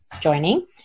joining